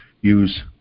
use